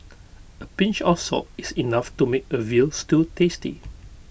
A pinch of salt is enough to make A Veal Stew tasty